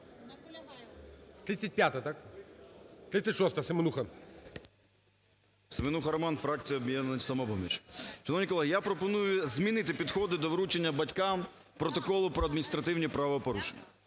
СЕМЕНУХА Р.С. Семенуха роман фракція "Об'єднання "Самопоміч". Шановні колеги, я пропоную змінити підходи до вручення батькам протоколу про адміністративні правопорушення.